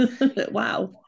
wow